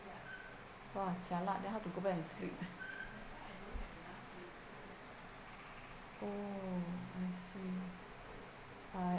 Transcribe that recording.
!wah! jialat then how to go back and sleep oh I see